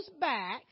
back